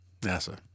NASA